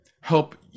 help